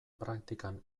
praktikan